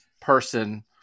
person